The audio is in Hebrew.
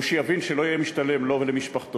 הוא שיבין שלא יהיה משתלם לו ולמשפחתו,